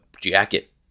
jacket